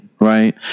Right